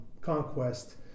conquest